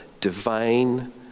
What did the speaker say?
divine